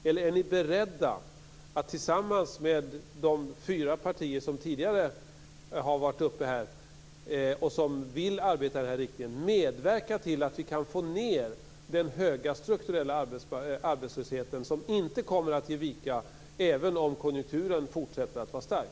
Eller är ni beredda att tillsammans med de fyra partier som tidigare har varit uppe här och som vill arbeta i den riktningen medverka till att vi kan få ned den höga strukturella arbetslösheten, som inte kommer att ge vika även om konjunkturen fortsätter att vara stark?